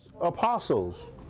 apostles